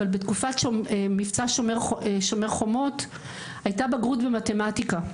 אבל בתקופת מבצע שומר חומות היתה בגרות במתמטיקה.